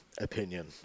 opinion